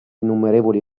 innumerevoli